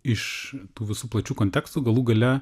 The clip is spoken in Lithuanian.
iš tų visų plačių kontekstų galų gale